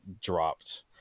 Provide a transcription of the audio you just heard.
dropped